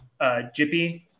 Jippy